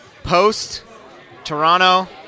Post-Toronto